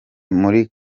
muri